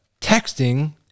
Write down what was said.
texting